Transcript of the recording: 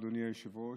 אדוני היושב-ראש,